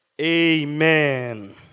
amen